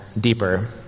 deeper